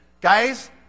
Guys